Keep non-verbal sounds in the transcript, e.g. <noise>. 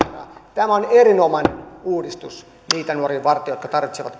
tämä on erinomainen uudistus niitä nuoria varten jotka tarvitsevat <unintelligible>